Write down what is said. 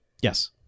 Yes